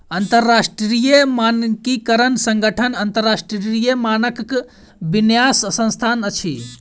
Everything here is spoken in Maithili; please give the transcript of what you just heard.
अंतरराष्ट्रीय मानकीकरण संगठन अन्तरराष्ट्रीय मानकक विन्यास संस्थान अछि